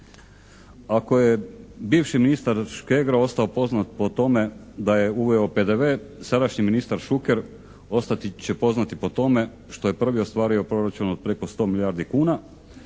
Ako je bivši ministar Škegro ostao poznat po tome da je uveo PDV sadašnji ministar Šuker ostati će poznati po tome što je prvi ostvario proračun od preko 100 milijardi kuna